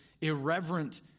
irreverent